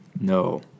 No